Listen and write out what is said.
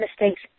mistakes